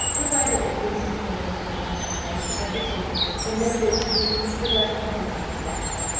provided at least, according to a sign placed above the table, that no bid should be for less than fifteen cents.